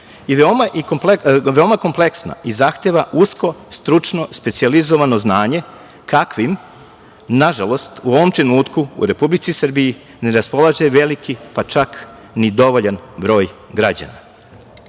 i veoma kompleksna i zahteva usko, stručno, specijalizovano znanje kakvim nažalost u ovom trenutku u Republici Srbiji ne raspolaže veliki, pa čak ni dovoljan broj građana. Samo